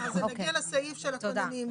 נגיע לסעיף של הכוננים,